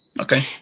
Okay